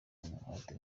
umuhate